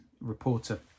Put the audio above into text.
reporter